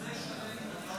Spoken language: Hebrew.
הצעת חוק